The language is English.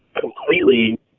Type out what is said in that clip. completely